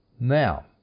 now